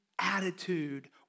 attitude